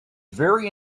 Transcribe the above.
very